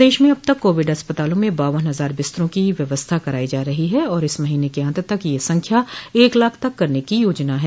प्रदेश में अब तक कोविड अस्पतालों में बावन हजार बिस्तरों की व्यवस्था कराई जा रही है और इस महीने के अंत तक यह संख्या एक लाख तक करने की योजना है